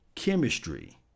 Chemistry